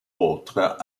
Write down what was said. autres